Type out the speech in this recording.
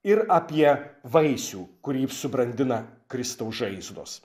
ir apie vaisių kurį subrandina kristaus žaizdos